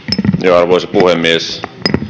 arvoisa puhemies